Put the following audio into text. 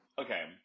Okay